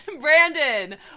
Brandon